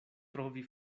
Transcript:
trovi